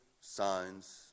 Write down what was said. signs